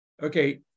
Okay